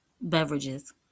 beverages